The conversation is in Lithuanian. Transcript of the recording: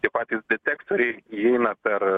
tie patys detektoriai įeina per